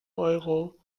euro